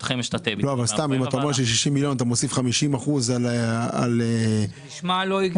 אתה אומר שעל 60 מיליון אתה מוסיף 50 אחוזים זה נשמע לא הגיוני.